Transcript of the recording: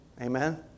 Amen